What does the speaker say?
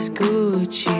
Gucci